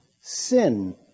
Sin